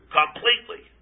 completely